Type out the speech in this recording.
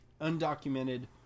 undocumented